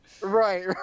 Right